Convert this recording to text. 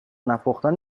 نپختن